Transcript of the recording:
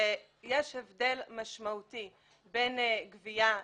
שיש הבדל משמעותי בין גבייה שוטפת,